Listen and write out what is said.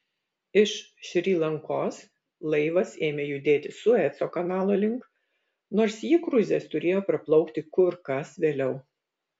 iš šri lankos laivas ėmė judėti sueco kanalo link nors jį kruizas turėjo praplaukti kur kas vėliau